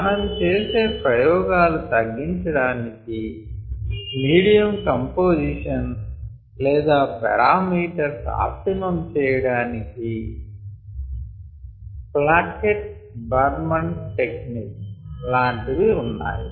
మనం చేసే ప్రయోగాలు తగ్గించాటానికి మీడియం కంపొజిషన్ లేదా పారామీటర్స్ ఆప్టిమమ్ చేయడానికి ప్లాకెట్ బర్మన్ టెక్నీక్ లాంటివి ఉన్నాయి